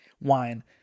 wine